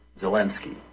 Zelensky